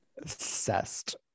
Obsessed